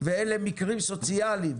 ואלה הם מקרים סוציאליים